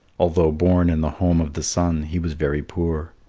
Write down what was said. although born in the home of the sun, he was very poor.